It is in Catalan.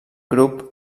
grup